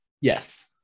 Yes